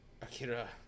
Akira